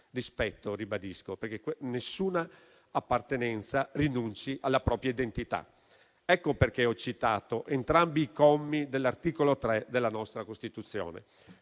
rispetto, perché nessuna appartenenza rinunci alla propria identità. Per questo ho citato entrambi i commi dell'articolo 3 della nostra Costituzione.